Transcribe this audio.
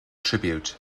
tribute